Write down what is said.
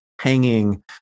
hanging